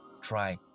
try